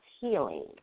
healing